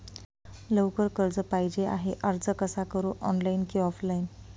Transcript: लवकर कर्ज पाहिजे आहे अर्ज कसा करु ऑनलाइन कि ऑफलाइन?